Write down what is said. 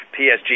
PSG